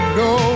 no